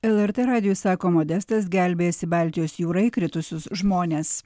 lrt radijui sako modestas gelbėjasi baltijos jūrą įkritusius žmones